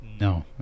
No